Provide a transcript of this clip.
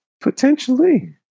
potentially